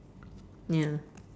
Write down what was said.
ya